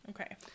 Okay